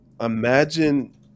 Imagine